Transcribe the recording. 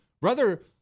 brother